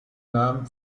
namen